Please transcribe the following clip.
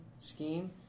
scheme